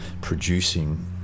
producing